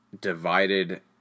divided